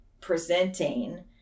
presenting